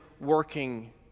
working